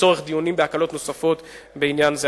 לצורך דיונים בהקלות נוספות בעניין זה.